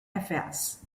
affairs